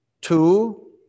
Two